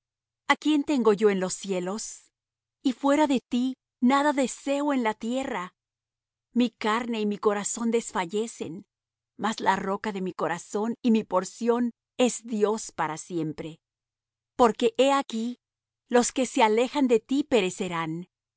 a quién tengo yo en los cielos y fuera de ti nada deseo en la tierra mi carne y mi corazón desfallecen mas la roca de mi corazón y mi porción es dios para siempre porque he aquí los que se alejan de ti perecerán